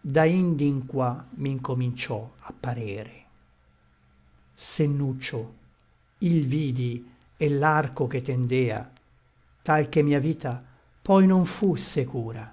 da indi in qua m'incominciò apparere sennuccio i l vidi et l'arco che tendea tal che mia vita poi non fu secura